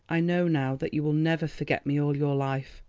i know now that you will never forget me all your life.